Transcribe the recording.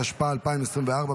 התשפ"ה 2024,